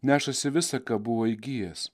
nešasi visa ką buvo įgijęs